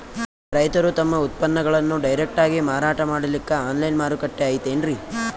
ರೈತರು ತಮ್ಮ ಉತ್ಪನ್ನಗಳನ್ನು ಡೈರೆಕ್ಟ್ ಆಗಿ ಮಾರಾಟ ಮಾಡಲಿಕ್ಕ ಆನ್ಲೈನ್ ಮಾರುಕಟ್ಟೆ ಐತೇನ್ರೀ?